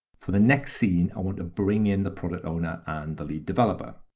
for the next scene, i want to bring in the product owner and the lead developer